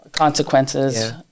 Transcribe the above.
Consequences